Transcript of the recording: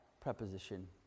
Preposition